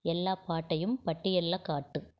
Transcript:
எல்லா பாட்டையும் பட்டியலில் காட்டு